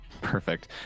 Perfect